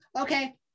okay